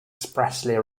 expressly